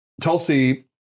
Tulsi